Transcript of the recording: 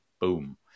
boom